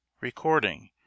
Recording